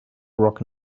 rock